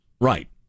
Right